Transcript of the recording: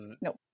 nope